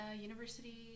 University